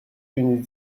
une